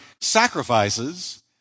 sacrifices